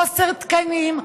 חוסר תקנים,